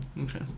Okay